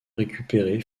récupérés